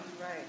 Right